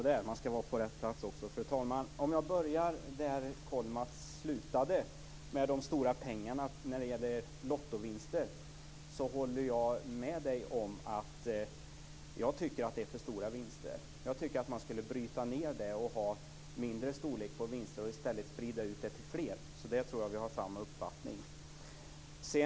Fru talman! Jag börjar där Lennart Kollmats slutade, med de stora pengarna från Lottovinster. Jag håller med om att det är för stora vinster. Jag tycker att man borde bryta ned dem och ha mindre storlek på vinsterna och i stället sprida ut dem till fler. Där har vi nog samma uppfattning.